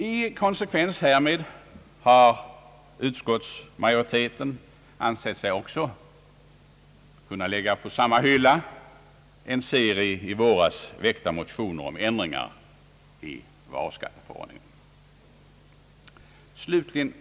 I konsekvens härmed har utskottsmajoriteten också ansett sig kunna lägga på samma hylla en serie i våras väckta motioner om ändringar i varuskatteförordningen.